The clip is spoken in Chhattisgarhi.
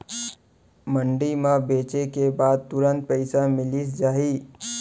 मंडी म बेचे के बाद तुरंत पइसा मिलिस जाही?